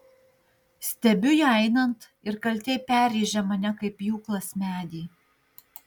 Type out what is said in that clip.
stebiu ją einant ir kaltė perrėžia mane kaip pjūklas medį